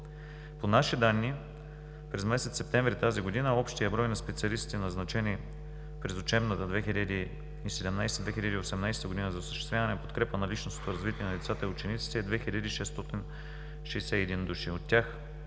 По наши данни през месец септември тази година общият брой на специалистите, назначени през учебната 2017 – 2018 г. за осъществяване подкрепа на личностното развитие на децата и учениците, е 2661 души,